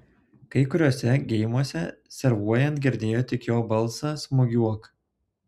kai kuriuose geimuose servuojant girdėjo tik jo balsą smūgiuok